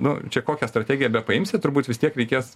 nu čia kokią strategiją bepaimsi turbūt vis tiek reikės